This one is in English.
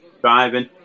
driving